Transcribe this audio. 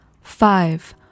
Five